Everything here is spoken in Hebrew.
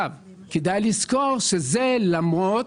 כדאי לזכור שזה למרות